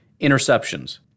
interceptions